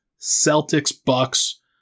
Celtics-Bucks